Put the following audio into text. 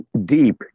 Deep